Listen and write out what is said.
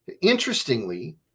Interestingly